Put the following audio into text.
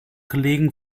kollegen